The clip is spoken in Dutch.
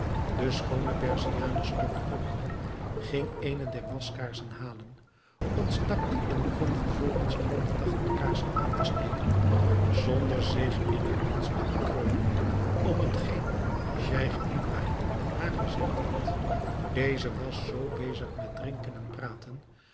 de schoone perziane stond op ging eene der waskaarsen halen ontstak die en begon vervolgens al de tachtig kaarsen aan te steken zonder zich in het minst te bekreunen om hetgeen scheich ibrahim haar gezegd had deze was zoo bezig met drinken en praten